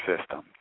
system